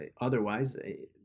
otherwise